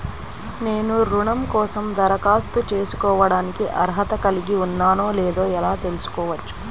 నేను రుణం కోసం దరఖాస్తు చేసుకోవడానికి అర్హత కలిగి ఉన్నానో లేదో ఎలా తెలుసుకోవచ్చు?